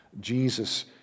Jesus